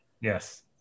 Yes